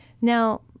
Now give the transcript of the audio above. Now